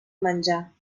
menjar